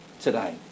today